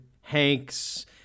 Hank's